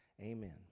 Amen